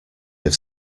have